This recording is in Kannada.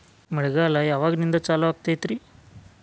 ಮಳೆಗಾಲ ಯಾವಾಗಿನಿಂದ ಚಾಲುವಾಗತೈತರಿ?